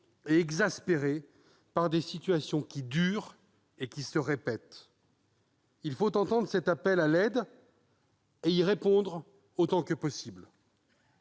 et exaspérés par des situations qui durent et se répètent. Il faut entendre cet appel à l'aide et y répondre autant que possible.